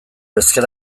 ezker